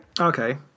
Okay